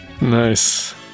Nice